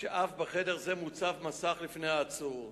ואף בחדר זה מוצב מסך לפני העצור.